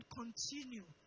continue